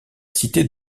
cité